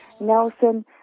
Nelson